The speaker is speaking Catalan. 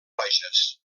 roges